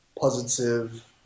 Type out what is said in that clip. positive